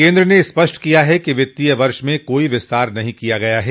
केन्द्र ने स्पष्ट किया है कि वित्तीय वर्ष में कोई विस्तार नहीं किया गया है